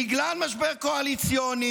בגלל משבר קואליציוני,